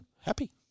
happy